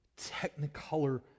technicolor